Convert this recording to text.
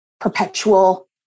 perpetual